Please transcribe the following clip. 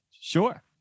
Sure